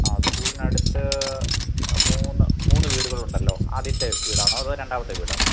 ആ സ്കൂളിനടുത്ത് മൂന്ന് മൂന്നു വീടുകൾ ഉണ്ടല്ലോ ആദ്യത്തെ വീടാണോ അതോ രണ്ടാമത്തെ വീടോ